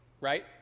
right